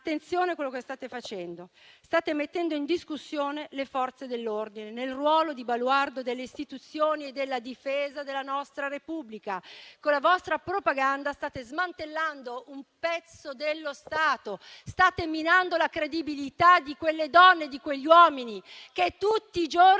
Attenzione a ciò che state facendo. State mettendo in discussione le Forze dell'ordine nel ruolo di baluardo delle istituzioni e di difesa della nostra Repubblica. Con la vostra propaganda, state smantellando un pezzo dello Stato e state minando la credibilità di quelle donne, di quegli uomini che tutti i giorni